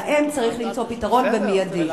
להם צריך למצוא פתרון מיידי.